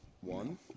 One